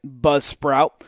Buzzsprout